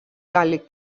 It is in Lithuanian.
gali